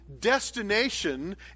destination